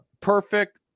perfect